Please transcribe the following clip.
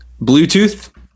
bluetooth